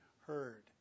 heard